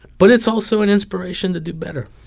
but it's also an inspiration to do better